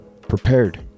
prepared